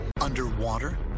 Underwater